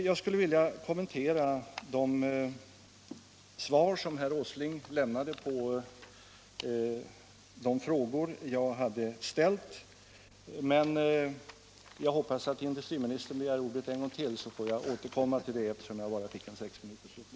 Jag skulle vilja kommentera de svar som herr Åsling lämnade på mina frågor här, men jag hoppas att industriministern begär ordet en gång till, så får jag återkomma till svaren; jag fick bara en sexminutersreplik nu.